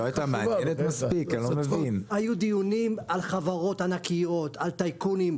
היו דיונים על חברות ענקיות על טייקונים,